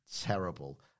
terrible